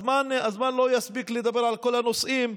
הזמן לא יספיק לדבר על כל הנושאים,